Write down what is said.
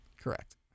Correct